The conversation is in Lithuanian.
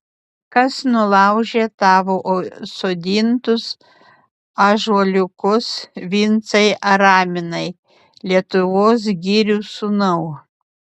kas nulaužė tavo sodintus ąžuoliukus vincai araminai lietuvos girių sūnau